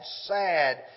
sad